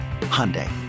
Hyundai